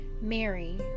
Mary